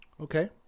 Okay